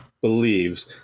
believes